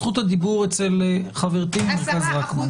זכות הדיבור אצל חברתי ממרכז רקמן.